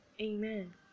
Amen